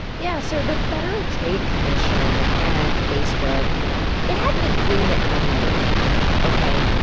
yeah. so the federal trade commission and facebook they had an agreement many years ago, ok?